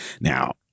Now